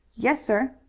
yes, sir.